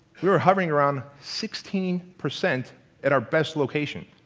you're hovering around sixteen percent at our best location.